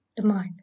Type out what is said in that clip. demand